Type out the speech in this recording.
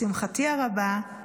לשמחתי הרבה,